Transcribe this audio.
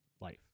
life